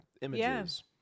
images